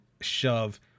shove